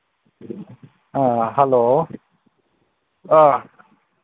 ꯑ ꯍꯂꯣ ꯑ